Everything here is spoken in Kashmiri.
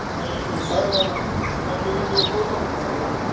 کیٛاہ اَتھ چھِ حظ دَگ آسان تۄہہِ چھُو اَمہِ برٛونٛہہ کوٚڑمُت کانٛہہ دَنٛد